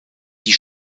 die